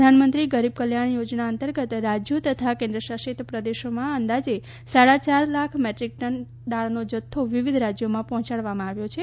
પ્રધાનમંત્રી ગરીબ કલ્યાણ યોજના અંતર્ગત રાજ્યો તથા કેન્દ્ર શાસિત પ્રદેશોમાં અંદાજે સાડા ચાર લાખ મેટ્રિક ટન દાળનો જથ્થો વિવિધ રાજ્યોમાં પહોંચાડવામાં આવ્યો છે